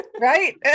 Right